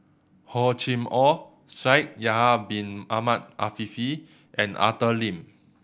Hor Chim Or Shaikh Yahya Bin Ahmed Afifi and Arthur Lim